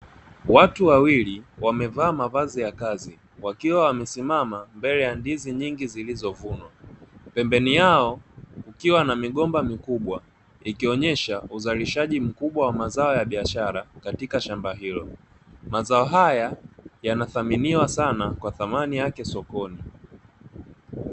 Watu wawili wamevaa mavazi ya kazi wakiwa wamesimama mbele ya ndizi nyingi, zilizovunwa pembeni yao kukiwa na migomba mikubwa, ikionyesha uzalishaji mkubwa wamazao ya biashara katika shamba hilo mazao haya yanasaminiwa sana kwa samani yake sokoni.